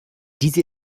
diese